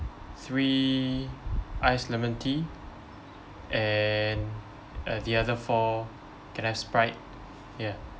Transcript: three iced lemon tea and uh the other four can I have sprite yeah